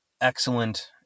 excellent